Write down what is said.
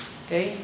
okay